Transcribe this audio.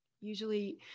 usually